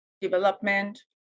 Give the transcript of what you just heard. development